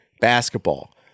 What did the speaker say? basketball